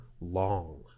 long